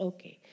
Okay